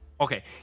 Okay